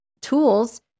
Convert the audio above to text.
Tools